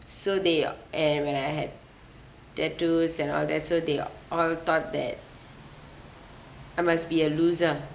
so they are and when I had tattoos and all that so they ah all thought that I must be a loser